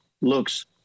looks